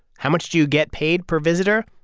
how much do you get paid per visitor?